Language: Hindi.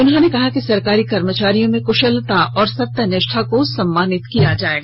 उन्होंने कहा कि सरकारी कर्मचारियों में कुशलता और सत्य निष्ठा को सम्मानित किया जाएगा